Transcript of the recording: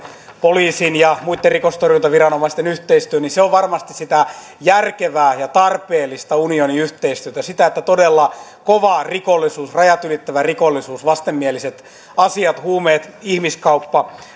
poliisin ja muitten rikostorjuntaviranomaisten yhteistyö on varmasti sitä järkevää ja tarpeellista unionin yhteistyötä sitä että todella kova rikollisuus rajat ylittävä rikollisuus vastenmieliset asiat huumeet ihmiskauppa